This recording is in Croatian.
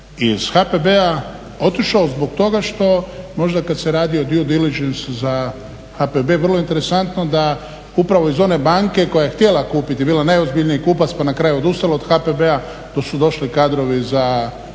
iz HPB-a otišao zbog toga što možda kad se radi o …/Govornik govori engleski, ne razumije se./… za HPB vrlo je interesantno da upravo iz one banke koja je htjela kupiti, bila najozbiljniji kupac, pa na kraju odustala od HPB-a tu su došli kadrovi na